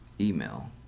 email